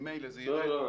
לא, לא.